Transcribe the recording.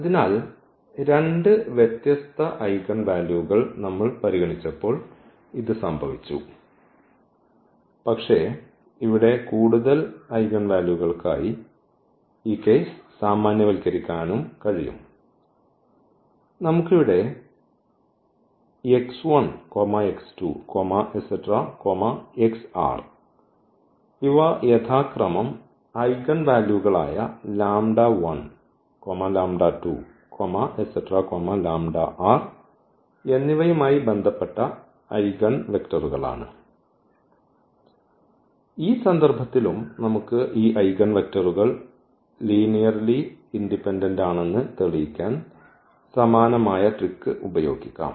അതിനാൽ രണ്ട് വ്യത്യസ്ത ഐഗൻ വാല്യൂകൾ നമ്മൾ പരിഗണിച്ചപ്പോൾ ഇത് സംഭവിച്ചു പക്ഷേ ഇവിടെ കൂടുതൽ ഐഗൻ വാല്യൂകൾക്കായി ഈ കേസ് സാമാന്യവൽക്കരിക്കാനും കഴിയും നമുക്ക് ഇവിടെ ഇവ യഥാക്രമം ഐഗൻവാല്യൂകളായ എന്നിവയുമായി ബന്ധപ്പെട്ട ഐഗൻവെക്റ്ററുകളാണ് ഈ സന്ദർഭത്തിലും നമുക്ക് ഈ ഐഗൻവെക്ടറുകൾ ലീനിയർലി ഇൻഡിപെൻഡന്റ് ആണെന്ന് തെളിയിക്കാൻ സമാനമായ ട്രിക്ക് ഉപയോഗിക്കാം